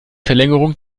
verlängerung